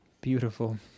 beautiful